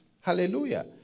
Hallelujah